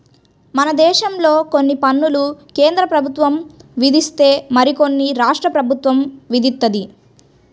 మనదేశంలో కొన్ని పన్నులు కేంద్రప్రభుత్వం విధిస్తే మరికొన్ని రాష్ట్ర ప్రభుత్వం విధిత్తది